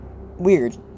weird